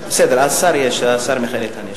בסדר, השר מיכאל איתן נמצא.